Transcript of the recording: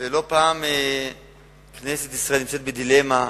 ולא פעם כנסת ישראל נמצאת בדילמה,